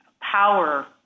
power